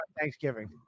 Thanksgiving